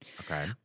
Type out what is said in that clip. Okay